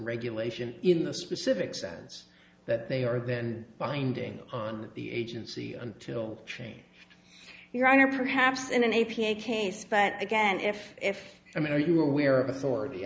regulation in the specific sense that they are then binding on the agency until change your honor perhaps in an a p a case but again if if i mean are you aware of authority